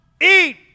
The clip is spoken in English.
eat